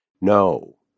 No